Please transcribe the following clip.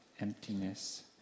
emptiness